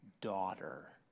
daughter